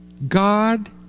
God